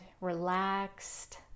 relaxed